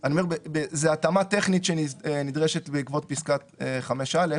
העלות היא בין שבעה לשמונה מיליון.